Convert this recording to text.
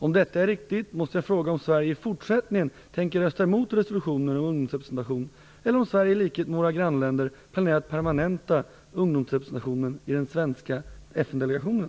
Om detta är riktigt måste jag fråga om Sverige i fortsättningen tänker rösta emot resolutioner om ungdomsrepresentation eller om Sverige i likhet med våra grannländer planerar att permanenta ungdomsrepresentationen i den svenska FN-delegationen.